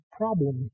problem